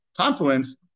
confluence